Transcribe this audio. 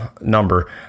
number